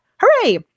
Hooray